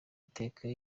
iteka